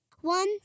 one